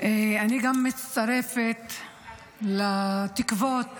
אני גם מצטרפת לתקוות